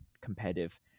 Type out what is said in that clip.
competitive